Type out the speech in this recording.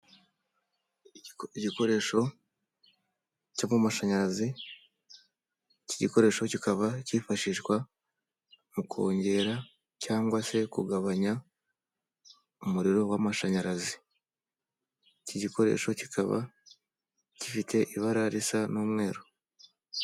Igikoresho cyo mu mashanyarazi, iki ikigikoresho kikaba cyifashishwa mu kongera cyangwa se kugabanya umuriro w'amashanyarazi, iki gikoresho kikaba gifite ibara risa n'umweru.